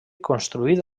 construït